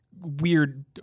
weird